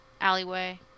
alleyway